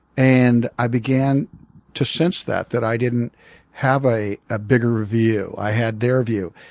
and i began to sense that, that i didn't have a ah bigger view. i had their view.